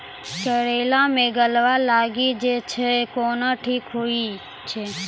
करेला मे गलवा लागी जे छ कैनो ठीक हुई छै?